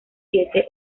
siete